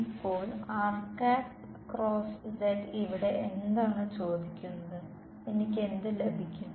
ഇപ്പോൾ ഇവിടെ എന്താണ് ചോദിക്കുന്നത് എനിക്ക് എന്ത് ലഭിക്കും